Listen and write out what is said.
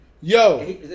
Yo